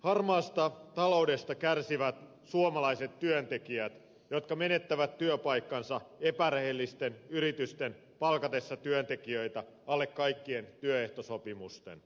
harmaasta taloudesta kärsivät suomalaiset työntekijät jotka menettävät työpaikkansa epärehellisten yritysten palkatessa työntekijöitä alle kaikkien työehtosopimusten